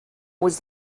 was